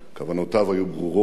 כוונותיו היו ברורות,